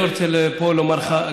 אני לא רוצה פה לומר לך,